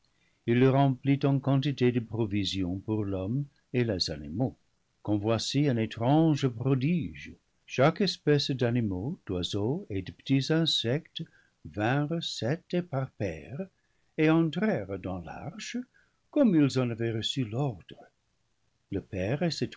il le remplit en quantité de provisions pour l'homme et les animaux quand voici un étrange prodige chaque espèce d'animaux d'oiseaux et de petits insectes vinrent sept et par paires et entrèrent dans l'arche comme ils en avaient reçu l'ordre le père et